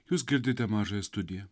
jūs girdite mažąją studiją